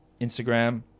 Instagram